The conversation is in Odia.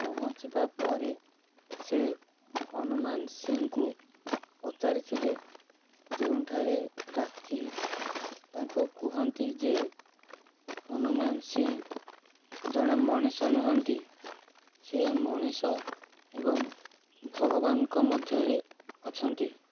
ପହଞ୍ଚିବା ପରେ ସେ ହନୁମାନ ସିଂଙ୍କୁ ପଚାରିଥିଲେ ଯେଉଁଠାରେ ରାଥି ତାଙ୍କୁ କୁହନ୍ତି ଯେ ହନୁମାନ ସିଂ ଜଣେ ମଣିଷ ନୁହଁନ୍ତି ସେ ମଣିଷ ଏବଂ ଭଗବାନଙ୍କ ମଧ୍ୟରେ ଅଛନ୍ତି